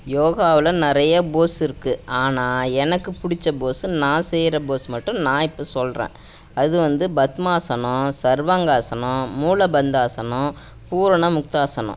யோகாவில் நிறைய போஸ் இருக்குது ஆனால் எனக்கு பிடிச்ச போஸ்ஸு நான் செய்கிற போஸ் மட்டும் நான் இப்போ சொல்கிறேன் அது வந்து பத்மாசனம் சர்வங்காசனம் மூலபந்தாசனம் பூரண முக்தாசனம்